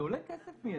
זה עולה כסף מיידי.